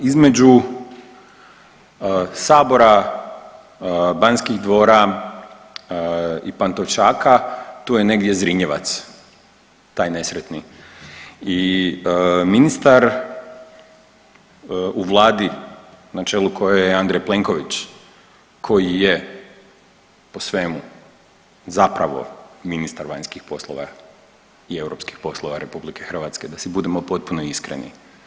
Između sabora, Banskih dvora i Pantovčaka tu je negdje Zrinjevac taj nesretni i ministar u vladi na čelu koje je Andrej Plenković koji je po svemu zapravo ministar vanjskih polova i europskih poslova RH da si budemo potpuno iskreni.